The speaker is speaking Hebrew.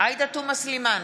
עאידה תומא סלימאן,